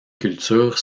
cultures